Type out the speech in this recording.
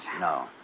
No